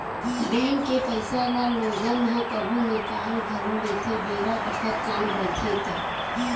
bank के पइसा ल लोगन ह कभु निकाल घलो लेथे बेरा बखत काम रहिथे ता